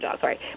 Sorry